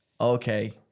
Okay